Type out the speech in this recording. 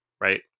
right